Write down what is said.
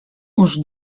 uns